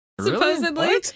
Supposedly